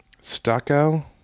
stucco